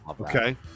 okay